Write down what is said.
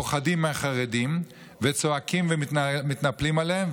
שאנשים מוסתים פוחדים מהחרדים וצועקים ומתנפלים עליהם,